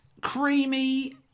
creamy